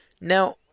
Now